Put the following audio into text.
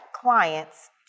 clients